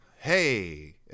hey